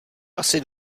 asi